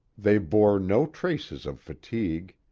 they bore no traces of fatigue.